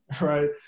right